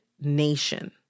Nation